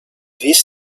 this